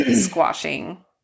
squashing